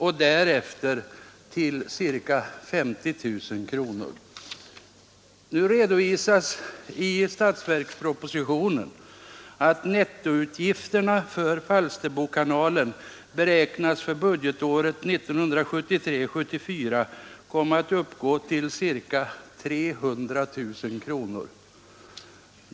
och därefter till ca 50 000 kr.” Nu redovisas det i statsverkspropositionen att nettoutgifterna för Falsterbokanalen för budgetåret 1973/74 beräknas komma att uppgå till ca 300 000 kronor.